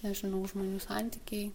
nežinau žmonių santykiai